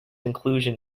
inclusion